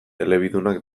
elebidunak